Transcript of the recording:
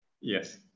Yes